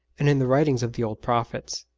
and in the writings of the old prophets.